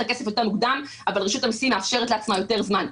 הכסף יותר מוקדם אבל רשות המיסים מאפשרת לעצמה יותר זמן.